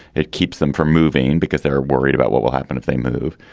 it keeps them from moving because they're worried about what will happen if they move.